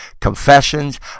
Confessions